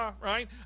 Right